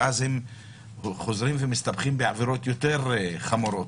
ואז הם חוזרים ומסתבכים בעבירות יותר חמורות.